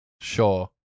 Sure